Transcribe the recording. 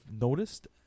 noticed